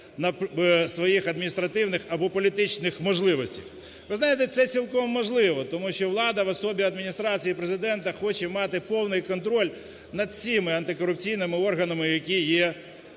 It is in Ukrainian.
на своїх адміністративних або політичних можливостях. Ви знаєте, це цілком можливо, тому що влада в особі Адміністрації Президента хоче мати повний контроль над всіма антикорупційними органами, які є